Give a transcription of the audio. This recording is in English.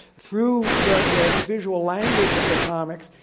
through the visual language of the comics,